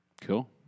Cool